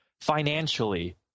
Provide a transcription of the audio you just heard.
financially